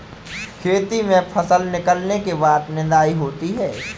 खेती में फसल निकलने के बाद निदाई होती हैं?